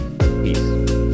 Peace